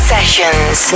Sessions